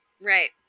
Right